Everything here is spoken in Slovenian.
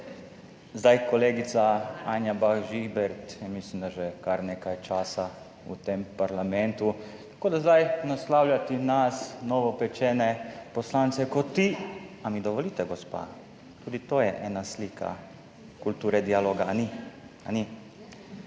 Kolegica Anja Bah Žibert je, mislim, da že kar nekaj časa v tem parlamentu, tako da zdaj naslavljati nas novopečene poslance kot ti … Ali mi dovolite gospa? Tudi to je ena slika kulture dialoga ali ni?